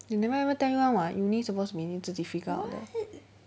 they never ever tell you [one] [what] uni supposed to be 你自己 figure out 的